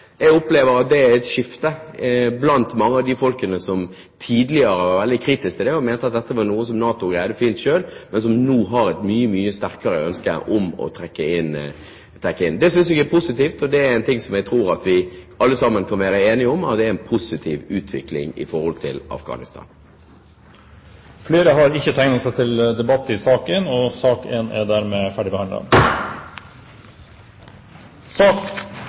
blant mange av dem som tidligere var veldig kritiske til det og mente at det var noe som NATO greide fint selv, men som nå har et mye sterkere ønske om å trekke inn FN. Det synes jeg er positivt, og det er noe som jeg tror at vi alle sammen kan være enige om. Og det er en positiv utvikling for Afghanistan. Flere har ikke bedt om ordet til sak nr. 1. Etter ønske fra energi- og